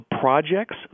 projects